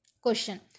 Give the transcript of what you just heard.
Question